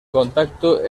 contacto